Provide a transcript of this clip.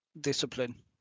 discipline